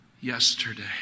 yesterday